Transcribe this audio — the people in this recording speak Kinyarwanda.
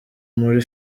muri